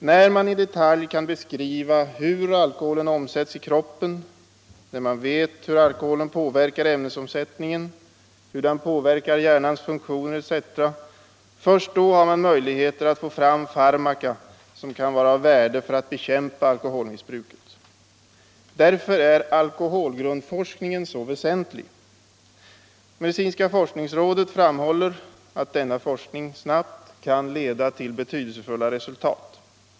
När man i detalj kan beskriva hur alkoholen omsätts i kroppen, när man vet hur alkoholen påverkar ämnesomsättningen, hur den påverkar hjärnans funktioner etc., först då har man möjligheter att få fram farmaca som kan vara av värde för att bekämpa alkoholmissbruket. Därför är alkoholgrundforskningen så väsentlig. Medicinska forskningsrådet framhåller att denna forskning snabbt kan leda till betydelsefulla resultat.